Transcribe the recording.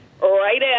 right